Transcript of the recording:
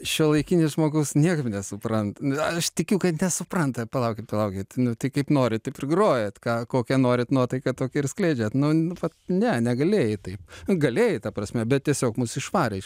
šiuolaikinis žmogus niekaip nesuprantu aš tikiu kad nesupranta palaukit palaukit nu tai kaip nori taip ir grojat ką kokią norit nuotaiką tokią ir skleidžiat nu vat ne negalėjai taip galėjai ta prasme bet tiesiog mus išvarė iš